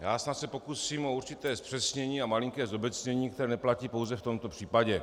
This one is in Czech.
Já snad se pokusím o určité zpřesnění a malinké zobecnění, které neplatí pouze v tomto případě.